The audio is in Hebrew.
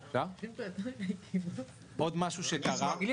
עוד משהו שקרה --- אני אשמח לשאלה קצרה.